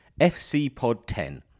FCPOD10